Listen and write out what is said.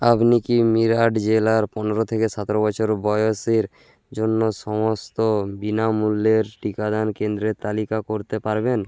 আপনি কি মিরাট জেলার পনেরো থেকে সাতেরো বছর বয়সের জন্য সমস্ত বিনামূল্যের টিকাদান কেন্দ্রের তালিকা করতে পারবেন